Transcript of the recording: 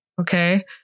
Okay